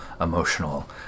emotional